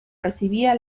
recibía